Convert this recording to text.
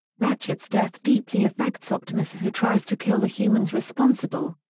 ratchet's death deeply affects optimus who tries to kill the humans responsible.